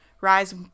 Rise